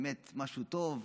באמת משהו טוב.